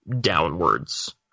downwards